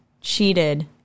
cheated